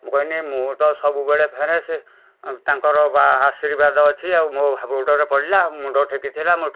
ମୁଁ କହିନି ମୁଁ ତ ସବୁବେଳେ ଫେରେ ସେ ତାଙ୍କର ବା ଆଶୀର୍ବାଦ ଅଛି ଆଉ ମୋ ହାବୁଡ଼ରେ ପଡ଼ିଲା ଆଉ ମୁଣ୍ଡ ଟେକିଥିଲା